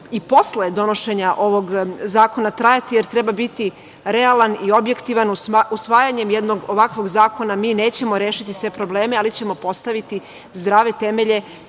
i posle donošenja ovog zakona trajati, jer treba biti realan i objektivan. Usvajanjem jednog ovakvog zakona mi nećemo rešiti sve probleme ali ćemo postaviti zdrave temelje